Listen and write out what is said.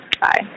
Bye